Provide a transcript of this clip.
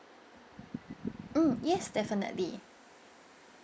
mm yes definitely